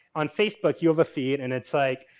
on facebook you have a feed and it's like